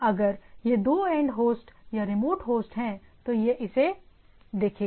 अगर यह दो एंड होस्ट या रिमोट होस्ट है तो यह इसे देखेगा